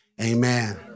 Amen